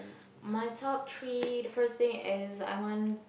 my top three the first thing is I want